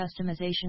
customization